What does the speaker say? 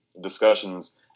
discussions